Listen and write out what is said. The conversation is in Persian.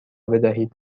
بدهید